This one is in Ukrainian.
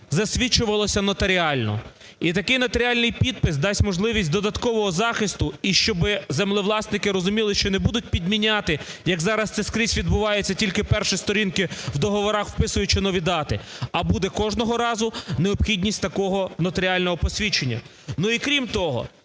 засвідчувалося нотаріально. І такий нотаріальний підпис дасть можливість додаткового захисту. І щоб землевласники розуміли, що не будуть підміняти, як зараз це скрізь відбувається – тільки в перші сторінки в договорах вписуючи нові дати, – а буде кожного разу необхідність такого нотаріального посвідчення. Ну, і крім того,